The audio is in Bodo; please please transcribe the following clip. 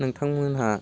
नोंथांमोनहा